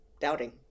doubting